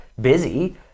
busy